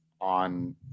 on